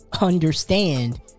understand